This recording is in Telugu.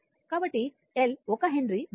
కాబట్టి L 1 హెన్రీ మరియు v0 4 వోల్ట్